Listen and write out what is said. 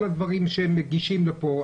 כל הדברים שמגישים לפה.